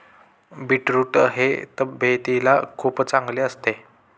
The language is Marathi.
बीटरूट हे तब्येतीला खूप चांगले असते